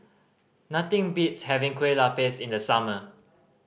nothing beats having kue lupis in the summer